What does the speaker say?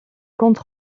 compte